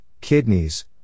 kidneys